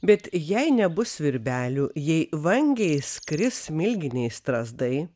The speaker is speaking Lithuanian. bet jei nebus svirbelių jei vangiai skris smilginiai strazdai